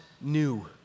new